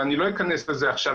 ואני לא אכנס לזה עכשיו,